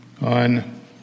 on